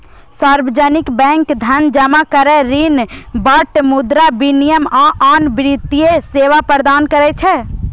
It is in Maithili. सार्वजनिक बैंक धन जमा करै, ऋण बांटय, मुद्रा विनिमय, आ आन वित्तीय सेवा प्रदान करै छै